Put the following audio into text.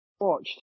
watched